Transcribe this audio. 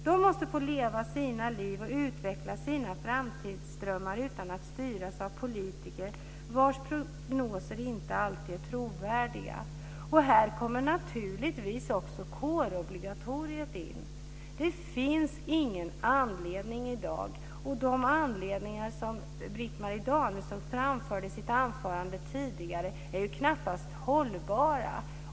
De måste få leva sina liv och utveckla sina framtidsdrömmar utan att styras av politiker vilkas prognoser inte alltid är trovärdiga. I detta sammanhang kommer naturligtvis också kårobligatoriet in. Det finns i dag ingen anledning att ha ett sådant. Och de anledningar som Britt-Marie Danestig framförde i sitt anförande tidigare är knappast hållbara.